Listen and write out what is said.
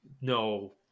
no